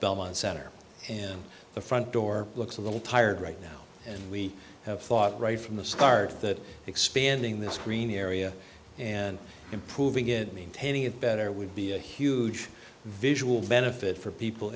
belmont center and the front door looks a little tired right now and we have thought right from the start that expanding this green area and improving it maintaining it better would be a huge visual benefit for people